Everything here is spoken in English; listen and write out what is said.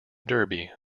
derby